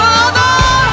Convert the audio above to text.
Father